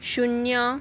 शून्य